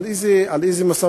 על איזה משא-ומתן,